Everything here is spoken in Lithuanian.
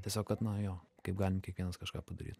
tiesiog kad na jo kaip galim kiekvienas kažką padaryt